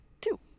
two